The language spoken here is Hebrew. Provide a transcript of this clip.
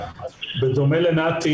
בדומה לנתי,